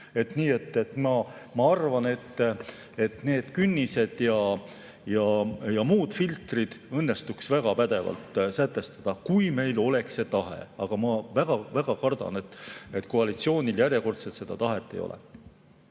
Ma arvan, et need künnised ja muud filtrid õnnestuks väga pädevalt sätestada, kui meil oleks see tahe, aga ma väga kardan, et koalitsioonil järjekordselt seda tahet ei ole.